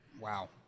Wow